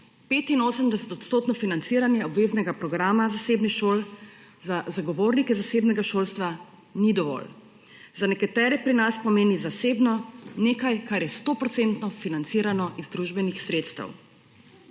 85 % financiranje obveznega programa zasebnih šol za zagovornike zasebnega šolstva ni dovolj. Za nekatere pri nas pomeni zasebno nekaj, ker je 100 % financirano iz družbenih sredstev.